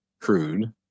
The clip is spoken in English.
crude